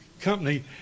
Company